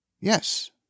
Yes